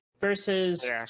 versus